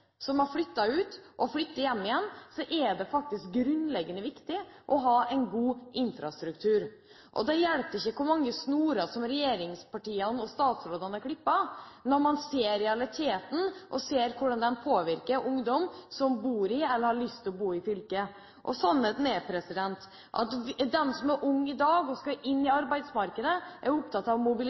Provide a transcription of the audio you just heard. som har flyttet ut, til å flytte hjem igjen, er det grunnleggende viktig å ha en god infrastruktur. Det hjelper ikke hvor mange snorer regjeringspartiene og statsrådene klipper, når man ser realiteten og ser hvordan den påvirker ungdom som bor i eller har lyst til å bo i fylket. Sannheten er at de som er unge i dag og skal inn i arbeidsmarkedet, er opptatt av mobilitet